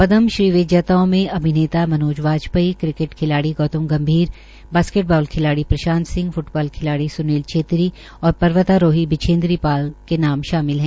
पदम श्री विजेताओं में अभिनेता मनोज वाजपेयी क्रिकेट खिलाड़ी गौतम गंभीर बास्केट बाल खिलाड़ी प्रशांत सिंह फ्टबाल खिलाड़ी सुनील छेत्री और पर्वतारोही बिछेंद्रीपाल का नाम शामिल है